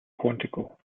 quantico